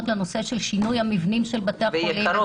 לנושא של שינוי המבנים של בתי החולים -- ויקרות,